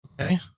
Okay